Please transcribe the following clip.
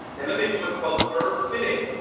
and then they do what's called curve fitting.